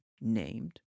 named